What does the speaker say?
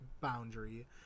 boundary